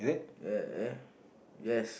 eh eh yes